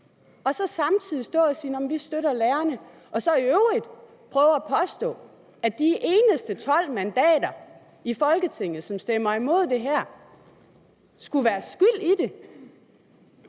de på den anden side og siger, at de støtter lærerne. Og så påstår de i øvrigt, at de eneste 12 mandater i Folketinget, som stemmer imod det her, skulle være skyld i det.